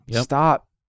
Stop